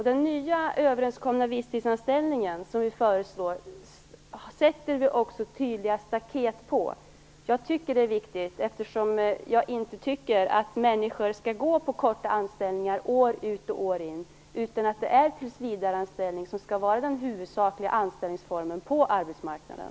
Den nya överenskomna visstidsanställningen som vi föreslår sätter vi också tydliga staket runt. Jag tycker att det är viktigt, eftersom jag inte anser att människor skall behöva gå på korta anställningar år ut och år in. Det är i stället tillsvidareanställningar som skall vara den huvudsakliga anställningsformen på arbetsmarknaden.